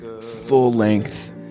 full-length